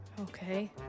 Okay